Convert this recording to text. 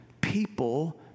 People